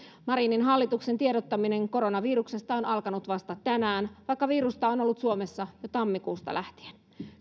marinin hallituksen tiedottaminen koronaviruksesta on alkanut vasta tänään vaikka virusta on ollut suomessa jo tammikuusta lähtien